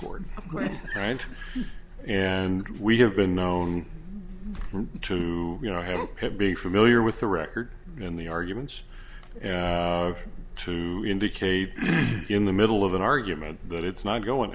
court rant and we have been known to you know have had big familiar with the record and the arguments and to indicate in the middle of an argument that it's not going